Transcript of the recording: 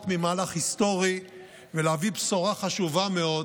ממהלך היסטורי ולהביא בשורה חשובה מאוד